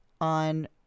On